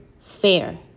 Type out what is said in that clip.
fair